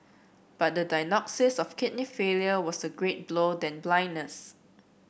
but the diagnosis of kidney failure was a greater blow than blindness